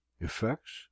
effects